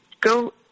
go